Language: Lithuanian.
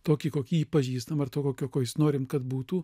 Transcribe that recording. tokį kokį jį pažįstam ar tokio kokio jis norim kad būtų